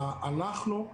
אנחנו,